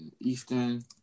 Eastern